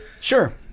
Sure